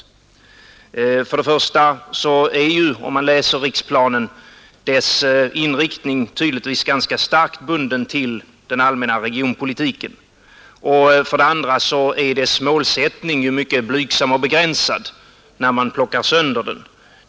För det första är ju riksplanens inriktning tydligtvis ganska starkt bunden till den allmänna regionpolitiken. För det andra är dess målsättning mycket blygsam och begränsad — det märker man när man plockar sönder den.